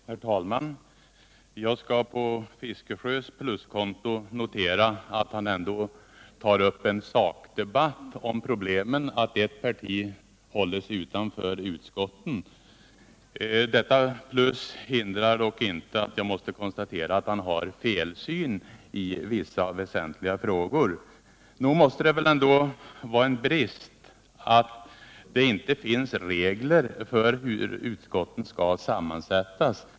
Herr talman! Jag skall på herr Fiskesjös pluskonto notera att han ändå tar uppen sakdebatt om problemet att ett parti hålls utanför utskotten. Detta plus hindrar dock inte att jag måste konstatera att herr Fiskesjö har en felsyn i vissa väsentliga frågor. Nog måste det väl ändå vara en brist att det inte finns regler för hur utskotten skall sammansättas.